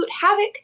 havoc